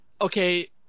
okay –